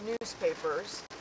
newspapers